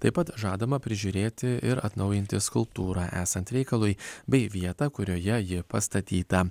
taip pat žadama prižiūrėti ir atnaujinti skulptūrą esant reikalui bei vietą kurioje ji pastatyta